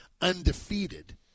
undefeated